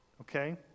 Okay